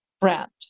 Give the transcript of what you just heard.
brand